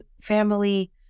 family